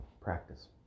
practice